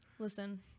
Listen